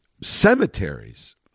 cemeteries